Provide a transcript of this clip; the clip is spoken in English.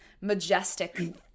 majestic